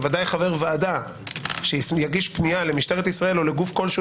ודאי חבר ועדה שיגיש פנייה למשטרת ישראל או לגוף כלשהו